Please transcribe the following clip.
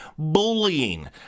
bullying